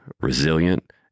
resilient